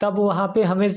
तब वहाँ पर हमें